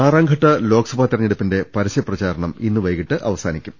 ആറാംഘട്ട ലോക്സഭാ തെരഞ്ഞെടുപ്പിന്റെ പരസ്യപ്രചാരണം ഇന്ന് വൈകിട്ട് അവസാനിക്കും